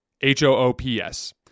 H-O-O-P-S